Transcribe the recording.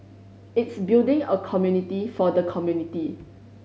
it's building a community for the community